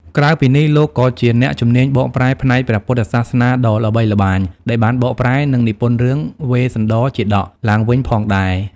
ក្រៅពីនេះ លោកក៏ជាអ្នកជំនាញបកប្រែផ្នែកព្រះពុទ្ធសាសនាដ៏ល្បីល្បាញ ដែលបានបកប្រែ និងនិពន្ធរឿង វេស្សន្ដរជាតក ឡើងវិញផងដែរ។